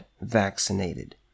vaccinated